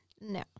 No